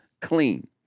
clean